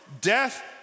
death